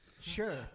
Sure